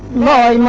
my my